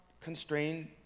constrained